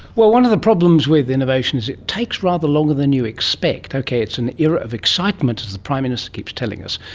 well, one of the problems with innovation is it takes rather longer than you expect. okay, it's an era of excitement, as the prime minister keeps telling us,